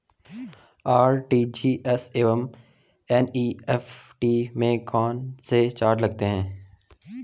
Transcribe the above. RTGS एवं NEFT में कौन कौनसे चार्ज लगते हैं?